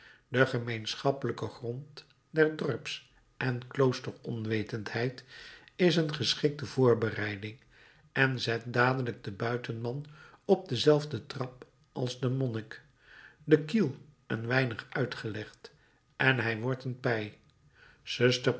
de gemeenschappelijke grond der dorps en klooster onwetendheid is een geschikte voorbereiding en zet dadelijk den buitenman op dezelfde trap als den monnik de kiel een weinig uitgelegd en hij wordt een pij zuster